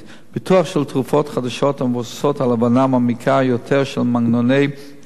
פיתוח של תרופות חדשות המבוססות על הבנה מעמיקה יותר של מנגנוני המחלה,